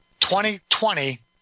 2020